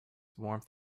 warmth